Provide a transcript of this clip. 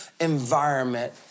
environment